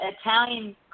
Italian